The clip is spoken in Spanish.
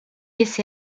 ese